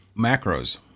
Macros